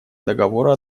договора